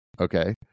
okay